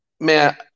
man